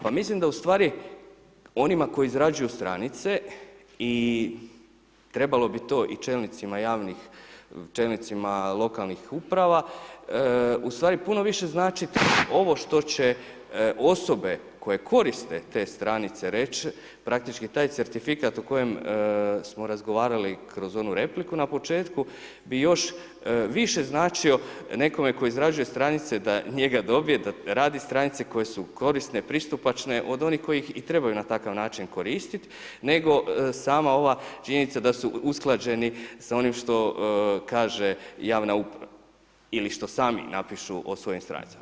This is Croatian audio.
Pa mislim da ustvari onima koji izrađuju stranice i trebalo bi to i čelnicima lokalnih uprava, u stvari puno više znači ovo što će osobe koje koriste te stranice reć, praktički taj certifikat o kojem smo razgovarali kroz onu repliku na početku bi još više značio nekome tko izrađuje stranice da njega dobije, da radi stranice koje su korisne, pristupačne od onih koji ih i trebaju na takav način koristiti nego sama ova činjenica da su usklađeni s onim što kaže javna uprava ili što sami napišu o svojim stranicama.